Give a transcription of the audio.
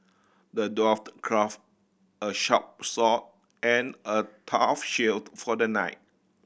the dwarf crafted a sharp sword and a tough shield for the knight